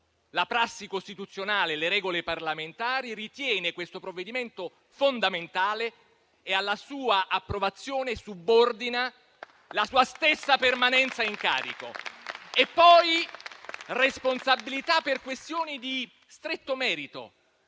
la prassi costituzionale e le regole parlamentari, ritiene questo provvedimento fondamentale e alla sua approvazione subordina la sua stessa permanenza in carica. Pone poi responsabilità per questioni di stretto merito,